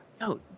No